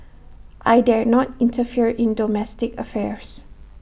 I dare not interfere in domestic affairs